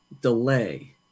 delay